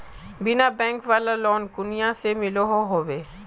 बिना बैंक वाला लोन कुनियाँ से मिलोहो होबे?